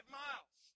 miles